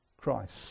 Christ